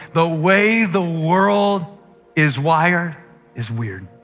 the way the world is wired is weird.